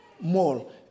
mall